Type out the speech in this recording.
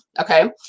Okay